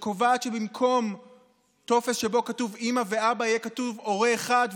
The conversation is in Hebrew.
שקובעת שבמקום טופס שבו כתוב "אימא" ו"אבא" יהיה כתוב "הורה 1"